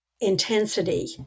intensity